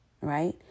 right